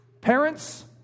Parents